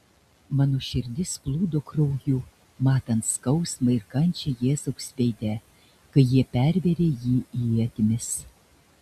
mano širdis plūdo krauju matant skausmą ir kančią jėzaus veide kai jie pervėrė jį ietimis